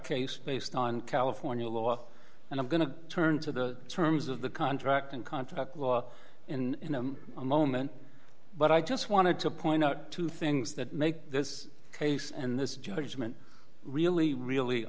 case based on california law and i'm going to turn to the terms of the contract and contract law in a moment but i just wanted to point out two things that make this case and this judgment really really